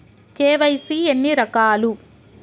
KYC ఎన్ని రకాలు?